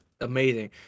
amazing